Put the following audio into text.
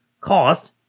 cost